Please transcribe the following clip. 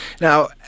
Now